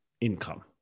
income